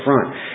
front